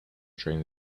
train